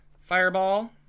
Fireball